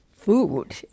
Food